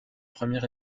premier